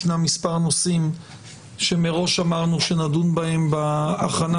יש כמה נושאים שמראש אמרנו שנדון בהם בהכנה